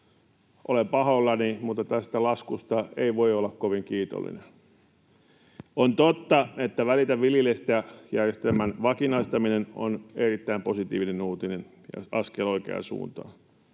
Olen pahoillani, mutta tästä laskusta ei voi olla kovin kiitollinen. On totta, että Välitä viljelijästä ‑järjestelmän vakinaistaminen on erittäin positiivinen uutinen ja askel oikeaan suuntaan.